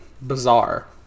Bizarre